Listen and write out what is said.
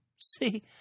See